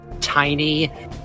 tiny